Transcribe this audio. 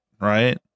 right